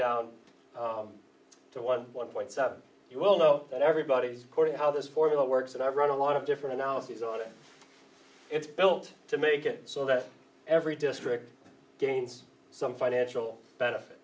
down to one one point seven you well know that everybody's cordie how this formula works and i've run a lot of different analysis on it it's built to make it so that every district gains some financial benefit